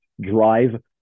drive